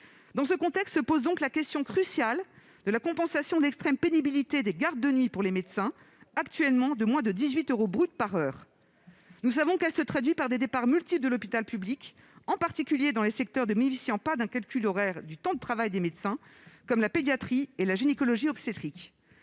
Dans ce contexte se pose la question cruciale de la compensation de l'extrême pénibilité des gardes de nuit pour les médecins, qui s'élève actuellement à moins de 18 euros brut par heure. Nous savons que cette pénibilité se traduit par des départs multiples de l'hôpital public, en particulier dans les secteurs ne bénéficiant pas d'un calcul horaire du temps de travail des médecins, comme la pédiatrie et la gynécologie-obstétrique.